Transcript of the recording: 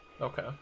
Okay